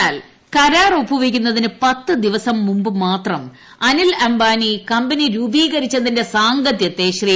എന്നാൽ കരാർ ഒപ്പുവയ്ക്കുന്നതിന് പത്ത് ദിവസം മുമ്പ് മാത്രം അനിൽ അംബാനി കമ്പനി രൂപീകരിച്ചതിന്റെ സാംഗത്യത്തെ ശ്രീ